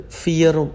fear